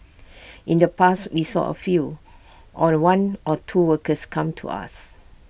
in the past we saw A few or one or two workers come to us